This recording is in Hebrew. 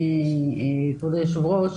אדוני היושב-ראש,